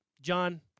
John